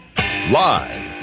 Live